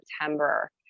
September